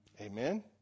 Amen